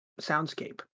soundscape